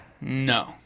no